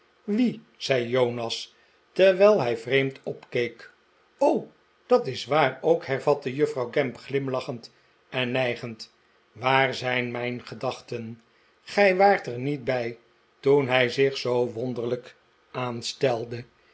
wie zei jonas terwijl hij vreemd opkeek dat is waar ook hervatte juffrouw gamp glimlachend en nijgend waar zijn mijn gedachten gij waart er niet bij toen hij zich zoo wonderlijk